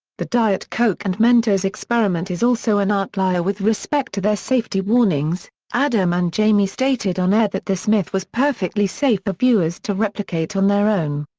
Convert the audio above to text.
the diet coke and mentos experiment is also an outlier with respect to their safety warnings adam and jamie stated on air that this myth was perfectly safe for viewers to replicate on their own.